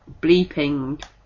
bleeping